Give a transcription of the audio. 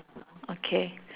okay